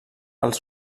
els